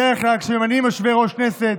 בדרך כלל כשממנים יושבי-ראש כנסת,